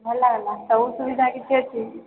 ଭଲ୍ ଲାଗିଲା ସବୁ ସୁବିଧା କିଛି ଅଛି